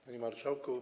Panie Marszałku!